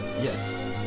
Yes